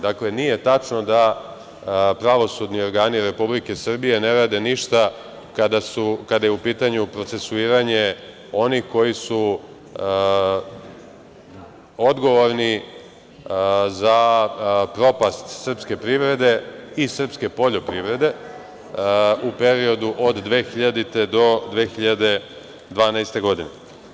Dakle, nije tačno da pravosudni organi Republike Srbije ne rade ništa kada je u pitanju procesuiranje onih koji su odgovorni za propast srpske privrede i srpske poljoprivrede u periodu od 2000. do 2012. godine.